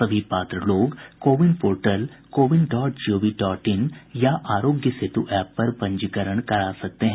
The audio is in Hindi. सभी पात्र लोग CoWIN portal CoWIN dot GOV dot in या आरोग्य सेतु एप पर पंजीकरण करा सकते हैं